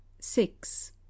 six